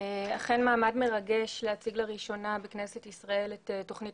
אכן מעמד מרגש להציג לראשונה בכנסת ישראל את תכנית